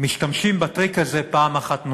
משתמשים בטריק הזה פעם אחת נוספת.